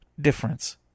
difference